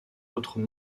autres